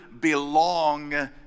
belong